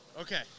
Okay